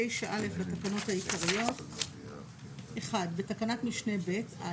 "תיקון תקנה 9א בתקנה 9א לתקנות העיקריות - בתקנת משנה (ב)-